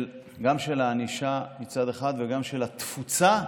גם של הענישה מצד אחד וגם של התפוצה